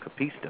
Capista